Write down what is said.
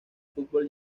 fútbol